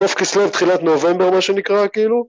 סוף כסלו תחילת נובמבר מה שנקרא כאילו